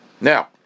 Now